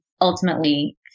ultimately